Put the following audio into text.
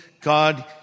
God